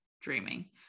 dreaming